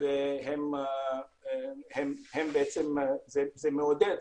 זה מעודד.